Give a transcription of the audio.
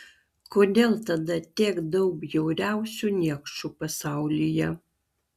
kodėl tada tiek daug bjauriausių niekšų pasaulyje